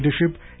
leadership